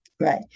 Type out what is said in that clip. Right